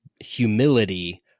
humility